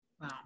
wow